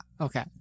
Okay